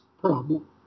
problem